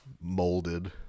molded